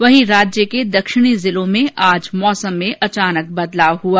वहीं राज्य के दक्षिणी जिलों में आज मौसम अचानक बदल गया